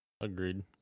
agreed